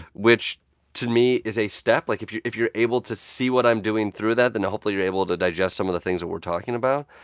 which to me is a step like, if you're if you're able to see what i'm doing through that then hopefully you're able to digest some of the things that we're talking about.